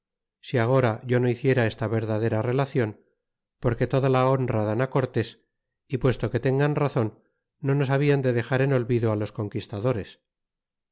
si agora yo no hiciera esta verdadera relacion porque toda la honra dan cortés y puesto que tengan razon no nos habitan de dexar en olvido á los conquistadores